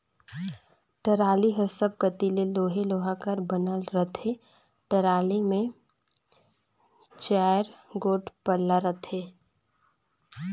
trolley हर सब कती ले लोहे लोहा कर बनल रहथे, टराली मे चाएर गोट पल्ला रहथे